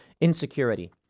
insecurity